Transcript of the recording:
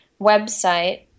website